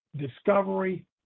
discovery